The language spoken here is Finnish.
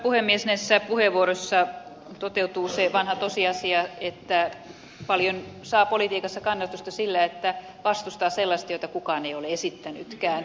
näissä puheenvuoroissa toteutuu se vanha tosiasia että paljon saa politiikassa kannatusta sillä että vastustaa sellaista jota kukaan ei ole esittänytkään